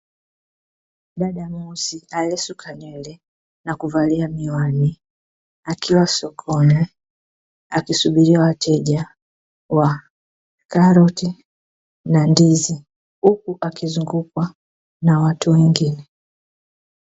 Dada mweusi aliyesuka nywele na kuvalia miwani akiwa sokoni, akisubiria wateja wa karoti na ndizi huku akizungukwa na watu wengine.